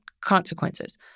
consequences